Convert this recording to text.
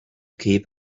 keep